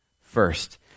first